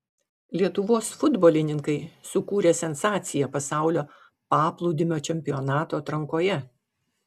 lietuvos futbolininkai sukūrė sensaciją pasaulio paplūdimio čempionato atrankoje